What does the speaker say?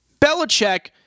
Belichick